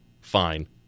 fine